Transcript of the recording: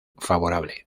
favorable